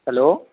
hello